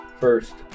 First